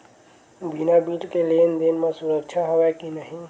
बिना बिल के लेन देन म सुरक्षा हवय के नहीं?